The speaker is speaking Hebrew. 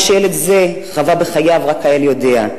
מה שילד זה חווה בחייו רק האל יודע,